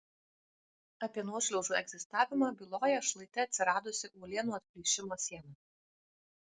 apie nuošliaužų egzistavimą byloja šlaite atsiradusi uolienų atplyšimo siena